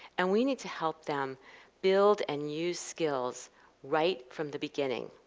and we need to help them build and use skills right from the beginning.